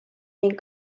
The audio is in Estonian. ning